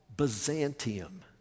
Byzantium